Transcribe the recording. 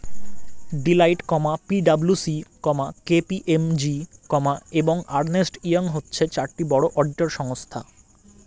Deloitte, P W C, K P M G, এবং Ernst Young হচ্ছে চারটি বড় অডিটর সংস্থা